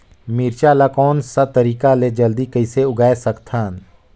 मिरचा ला कोन सा तरीका ले जल्दी कइसे उगाय सकथन?